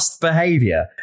behavior